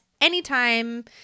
anytime